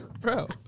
bro